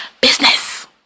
business